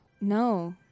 No